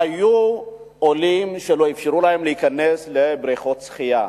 היו עולים שלא אפשרו להם להיכנס לבריכות שחייה.